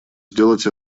сделать